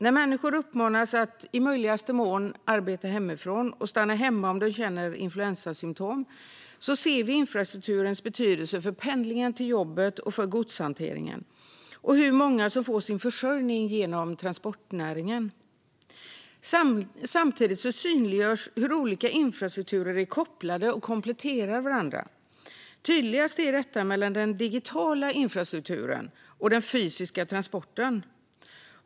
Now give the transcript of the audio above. När människor uppmanas att i möjligaste mån arbeta hemifrån och stanna hemma om de känner influensasymtom, ser vi infrastrukturens betydelse för pendlingen till jobbet och för godshanteringen och hur många som får sin försörjning genom transportnäringen. Samtidigt synliggörs hur olika infrastrukturer är kopplade till och kompletterar varandra. Tydligast är detta mellan den digitala infrastrukturen och den fysiska transporten.